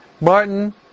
Martin